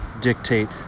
dictate